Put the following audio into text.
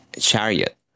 chariot